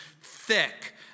thick